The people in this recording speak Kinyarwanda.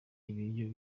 ibiryo